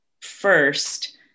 first